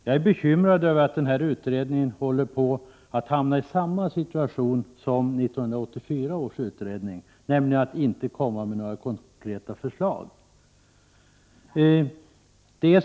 Jag är bekymrad inför att denna utredning håller på att hamna i samma situation som 1984 års utredning, nämligen att inte kunna komma med några konkreta förslag.